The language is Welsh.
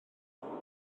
pedwar